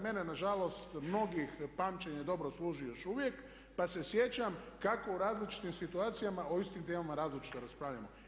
Mene na žalost mnogih pamćenje dobro služi još uvijek, pa se sjećam kako u različitim situacijama o istim temama različito raspravljamo.